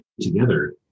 together